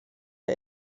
der